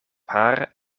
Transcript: haar